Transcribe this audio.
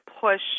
push